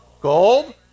Gold